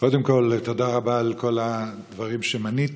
קודם כול, תודה רבה על כל הדברים שמנית,